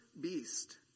beast